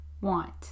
want